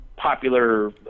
Popular